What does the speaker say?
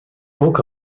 donc